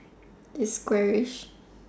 is squarish